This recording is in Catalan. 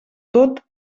tot